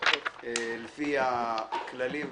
לפי הכללים והחוקים.